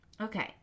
Okay